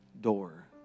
door